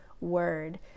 word